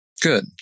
good